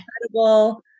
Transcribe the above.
incredible